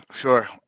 Sure